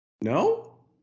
No